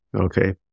Okay